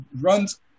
runs